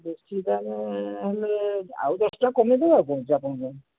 ବେଶୀ ତାହେଲେ ହେଲେ ଆଉ ଦଶ ଟଙ୍କା କମେଇ ଦେବୁ ଆଉ କ'ଣ ଅଛି ଆପଣଙ୍କ ପାଇଁ